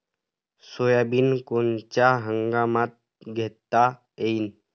Soybean कोनच्या हंगामात घेता येईन?